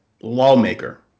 lawmaker